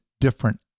different